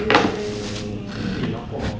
eh lapar